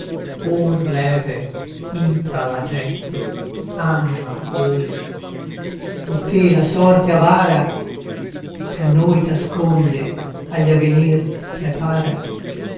or leve intra la gente anima voli o te la sorte avara ch'a noi t'asconde agli avvenir prepara